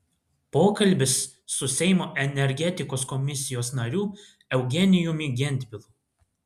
pokalbis su seimo energetikos komisijos nariu eugenijumi gentvilu